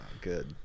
good